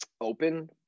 open